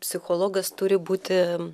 psichologas turi būti